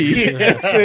Yes